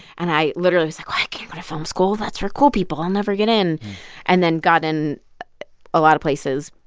and i literally was like, well, i can't go to to film school. that's for cool people. i'll never get in and then got in a lot of places,